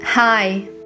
Hi